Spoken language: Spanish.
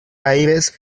aires